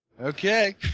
Okay